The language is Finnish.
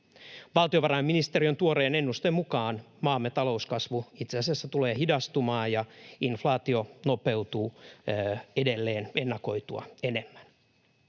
Valtiovarainministeriön tuoreen ennusteen mukaan maamme talouskasvu itse asiassa tulee hidastumaan ja inflaatio nopeutuu edelleen ennakoitua enemmän.